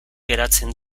geratzen